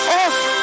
off